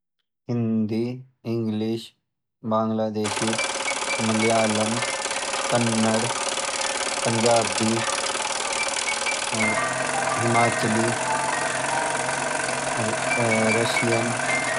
Hindi English Bangladeshi Malayalam Kannada Punjabi और हिमांचली रसियन।